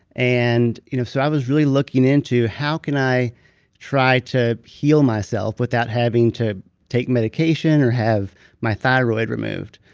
and you know so i was really looking into, how can i try to heal myself without having to take medication or have my thyroid removed?